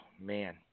man